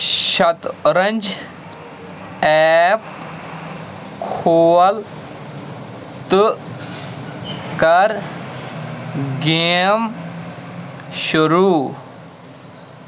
شطرنج ایپ کھول تہٕ کر گیم شروع